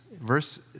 Verse